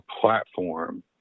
platform